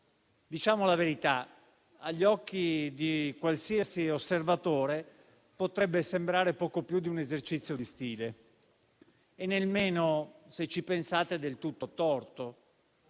diciamo la verità - agli occhi di qualsiasi osservatore potrebbe sembrare poco più di un esercizio di stile, e nemmeno, se ci pensate, del tutto a torto,